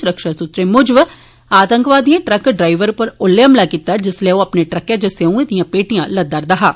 सुरक्षा सूत्रे मुजब आतंकवादिएं ट्रक ड्राईवर पर ओल्लै हमला कीता जिसलै ओह् अपने ट्रकै च सेऊए दियां पेटियां लदा करदा हा